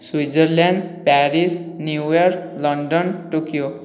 Switzerland Paris New York London Tokyo